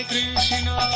Krishna